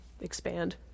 expand